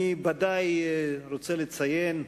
אני ודאי רוצה לציין,